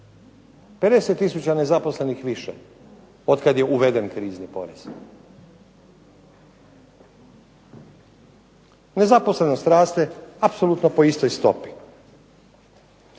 tisuća nezaposlenih više otkad je uveden krizni porez. Nezaposlenost raste apsolutno po istoj stopi.